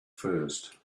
first